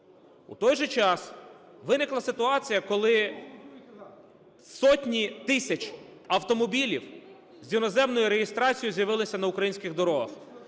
У той же час, виникла ситуація, коли сотні тисяч автомобілів з іноземною реєстрацією з'явилися на українських дорогах.